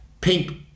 pink